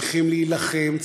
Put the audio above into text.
צריכים להילחם,